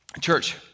Church